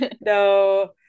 no